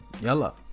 Yellow